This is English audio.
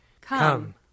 Come